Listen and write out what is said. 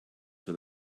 with